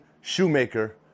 Shoemaker